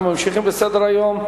אנחנו ממשיכים בסדר-היום: